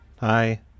Hi